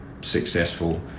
successful